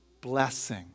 blessing